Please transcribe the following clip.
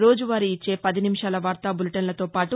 రోజువారీ ఇచ్చే పది నిమిషాల వార్తా బులిటెన్లతో పాటు